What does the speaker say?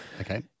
Okay